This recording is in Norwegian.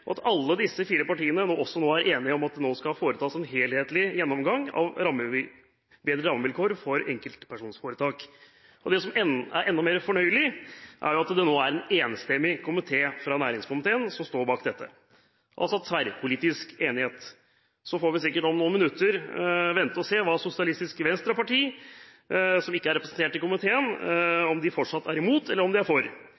registrere at alle disse fire partiene også nå er enige om at det skal foretas en helhetlig gjennomgang av rammevilkår for enkeltpersonforetak. Det som er enda mer fornøyelig, er at det nå er en enstemmig næringskomité som står bak dette – altså at det er tverrpolitisk enighet. Så får vi sikkert om noen minutter se om Sosialistisk Venstreparti, som ikke er representert i komiteen,